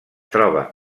troba